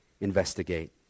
investigate